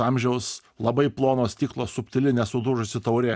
amžiaus labai plono stiklo subtili nesudužusi taurė